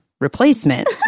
replacement